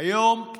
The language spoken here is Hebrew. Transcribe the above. היום